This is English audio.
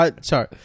Sorry